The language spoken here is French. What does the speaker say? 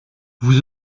vous